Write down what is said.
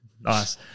Nice